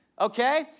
okay